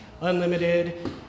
unlimited